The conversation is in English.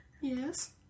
Yes